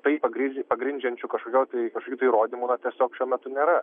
tai pagrindžia pagrindžiančių kažkokio tai kažkokių įrodymų na tiesiog šiuo metu nėra